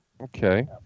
Okay